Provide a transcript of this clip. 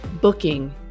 booking